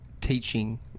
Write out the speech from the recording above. teaching